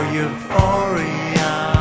euphoria